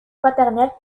paternelle